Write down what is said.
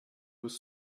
was